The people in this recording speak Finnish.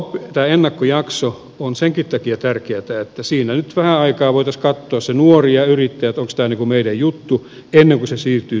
tämä ennakkojakso on senkin takia tärkeä että siinä nyt vähän aikaa voisivat nuori ja yrittäjä katsoa että onko tämä niin kuin meidän juttu ennen kuin siirrytään työsuhdepohjalle